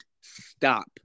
stop